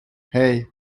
hey